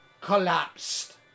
collapsed